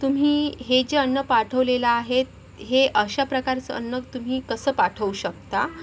तुम्ही हे जे अन्न पाठवलेलं आहेत हे अशाप्रकारचं अन्न तुम्ही कसं पाठवू शकता